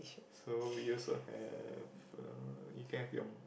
so used to have uh Liew Ken Leong